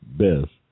best